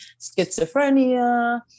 schizophrenia